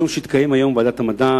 בדיון שהתקיים היום בוועדת המדע